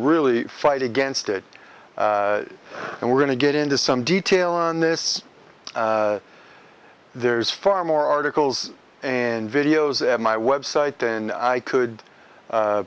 really fight against it and we're going to get into some detail on this there's far more articles and videos at my website then i could